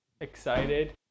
excited